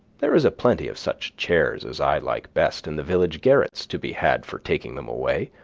there is a plenty of such chairs as i like best in the village garrets to be had for taking them away.